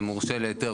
מורשה להיתר,